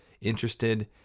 interested